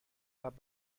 قبل